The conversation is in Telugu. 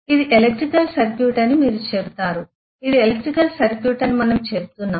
ఇది ఎలక్ట్రికల్ సర్క్యూట్ అని మీరు చెబుతారు ఇది ఎలక్ట్రికల్ సర్క్యూట్ అని మనము చెబుతున్నాము